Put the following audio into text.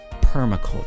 permaculture